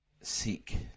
seek